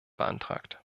beantragt